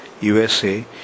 USA